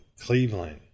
Cleveland